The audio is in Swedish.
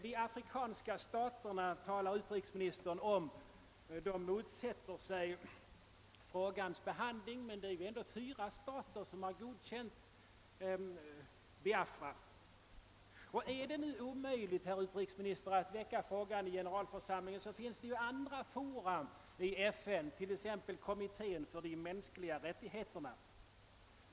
De afrikanska staterna motsätter sig frågans behandling, säger utrikesministern, men fyra stater har ju ändå erkänt Biafra. Och om det nu är omöjligt att väcka frågan i Generalförsamlingen, så finns det ju andra fora i FN, t.ex. Kommitten för de mänskliga rättigheterna.